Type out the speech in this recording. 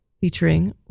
featuring